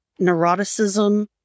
neuroticism